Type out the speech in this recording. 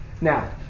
Now